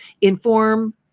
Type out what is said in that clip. inform